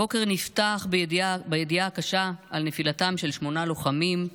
הבוקר נפתח בידיעה הקשה על נפילתם של שמונה לוחמים,